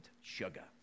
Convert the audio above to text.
Sugar